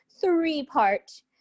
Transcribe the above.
three-part